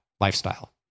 lifestyle